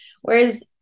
whereas